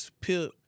Pip